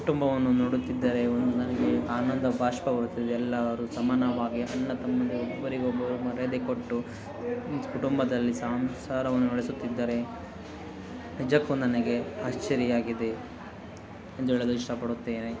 ಕುಟುಂಬವನ್ನು ನೋಡುತ್ತಿದ್ದರೆ ಒಂದು ನನಗೆ ಆನಂದಬಾಷ್ಪವಾಗುತ್ತೆ ಎಲ್ಲಾರು ಸಮಾನವಾಗಿ ಅಣ್ಣ ತಮ್ಮಂದಿರು ಒಬ್ಬರಿಗೊಬ್ಬರು ಮರ್ಯಾದೆ ಕೊಟ್ಟು ಕುಟುಂಬದಲ್ಲಿ ಸಂಸಾರವನ್ನು ನಡೆಸುತ್ತಿದ್ದಾರೆ ನಿಜಕ್ಕೂ ನನಗೆ ಆಶ್ಚರ್ಯ ಆಗಿದೆ ಎಂದು ಹೇಳಲು ಇಷ್ಟಪಡುತ್ತೇನೆ